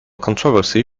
controversy